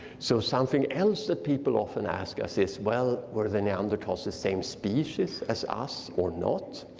so something else that people often ask us is, well were the neanderthal so the same species as us or not?